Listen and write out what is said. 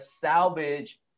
salvage